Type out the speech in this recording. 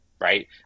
Right